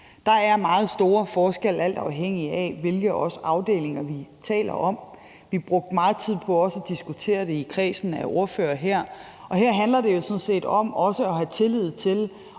Der er meget store forskelle, alt afhængigt af hvilke afdelinger vi taler om. Vi brugte også meget tid på at diskutere det i kredsen af ordførere her, og her handler det jo sådan set om at have tillid til